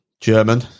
German